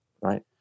right